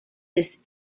this